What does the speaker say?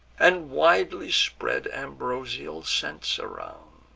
and widely spread ambrosial scents around